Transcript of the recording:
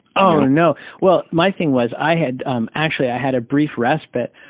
oh no. well my thing was i had um actually i had a brief respite.